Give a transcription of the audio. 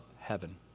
heaven